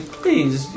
please